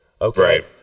Okay